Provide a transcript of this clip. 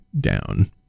down